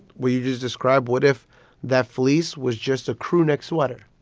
we just describe what if that fleece was just a crewneck sweater?